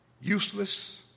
Useless